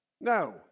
No